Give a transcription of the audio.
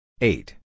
Eight